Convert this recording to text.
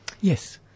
Yes